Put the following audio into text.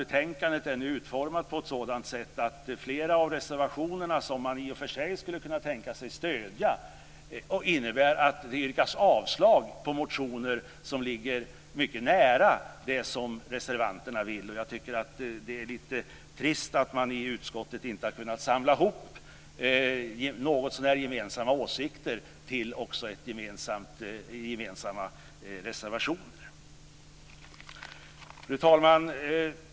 Betänkandet är utformat på ett sådant sätt att flera av de reservationer som man i och för sig skulle kunna tänka sig att stödja innebär att det yrkas avslag på motioner som ligger mycket nära det som reservanterna vill. Jag tycker att det är lite trist att utskottet inte har kunnat samla ihop någotsånär gemensamma åsikter till gemensamma reservationer. Fru talman!